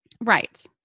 Right